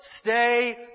stay